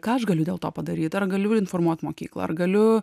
ką aš galiu dėl to padaryt ar galiu informuot mokyklą ar galiu